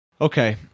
Okay